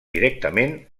directament